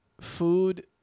food